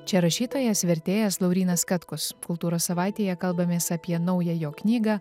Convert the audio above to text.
čia rašytojas vertėjas laurynas katkus kultūros savaitėje kalbamės apie naują jo knygą